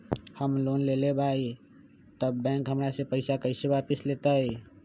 हम लोन लेलेबाई तब बैंक हमरा से पैसा कइसे वापिस लेतई?